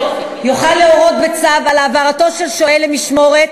יוכל להורות בצו על העברתו של שוהה למשמורת,